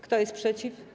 Kto jest przeciw?